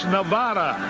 Nevada